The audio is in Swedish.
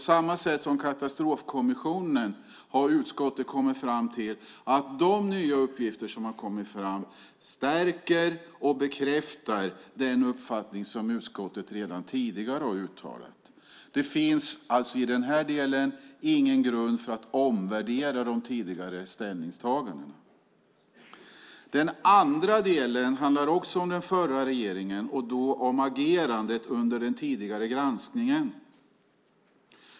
Liksom Katastrofkommissionen har även utskottet kommit fram till att de nya uppgifter som framkommit stärker och bekräftar den uppfattning som utskottet redan tidigare har uttalat. I den här delen finns det alltså ingen grund för att omvärdera de tidigare ställningstagandena. Den andra delen handlar också om den förra regeringen och då om agerandet under den tidigare granskningen.